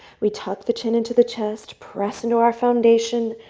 we tuck the chin into the chest, press into our foundation,